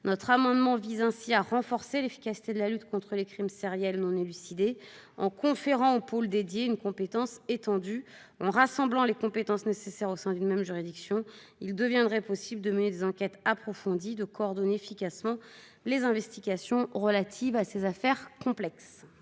Notre amendement vise ainsi à renforcer l'efficacité de la lutte contre les crimes sériels ou non élucidés en conférant au pôle dédié une compétence étendue. En rassemblant les compétences nécessaires au sein d'une même juridiction, il deviendrait possible de mener des enquêtes approfondies et de coordonner efficacement les investigations relatives à ces affaires complexes.